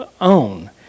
own